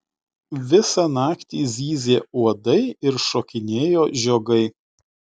visą naktį zyzė uodai ir šokinėjo žiogai